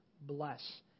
bless